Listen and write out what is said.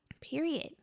Period